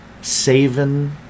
saving